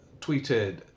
tweeted